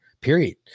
period